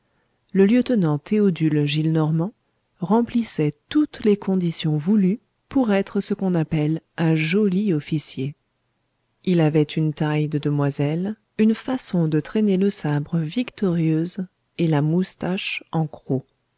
le lieutenant théodule gillenormand remplissait toutes les conditions voulues pour être ce qu'on appelle un joli officier il avait une taille de demoiselle une façon de traîner le sabre victorieuse et la moustache en croc